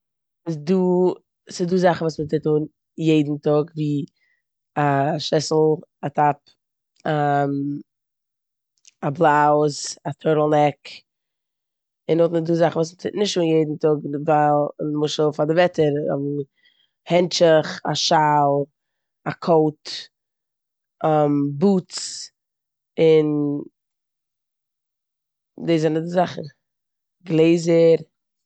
ס'דא זאכן וואס מ'טוט אן יעדן טאג ווי א שעסל, א טאפ, א בלאוז, א טורטלל נעק און נאכדעם איז דא זאכן וואס מ'טוט נישט אן יעדן טאג ווייל נמשל פאר די וועטער הענטשוך, א שאל, א קאוט, בוטס און דאס זענען די זאכן, גלעזער.